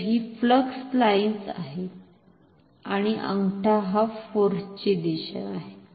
तर ही flux lines आहेत आणि अंगठा हा फोर्सची दिशा आहे